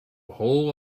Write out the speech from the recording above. whole